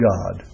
God